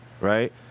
right